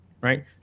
right